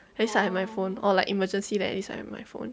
at least I have my phone or like emergency like this I have my phone